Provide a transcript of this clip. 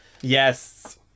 yes